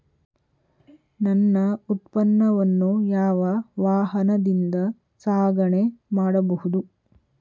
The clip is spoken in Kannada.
ನನ್ನ ಉತ್ಪನ್ನವನ್ನು ಯಾವ ವಾಹನದಿಂದ ಸಾಗಣೆ ಮಾಡಬಹುದು?